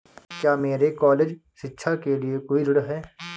क्या मेरे कॉलेज शिक्षा के लिए कोई ऋण है?